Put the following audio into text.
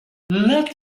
let